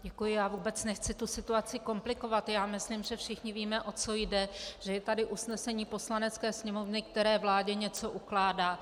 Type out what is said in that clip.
Děkuji, já vůbec nechci situaci komplikovat, myslím, že všichni víme, o co jde, že tu je usnesení Poslanecké sněmovny, které vládě něco ukládá.